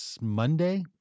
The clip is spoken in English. Monday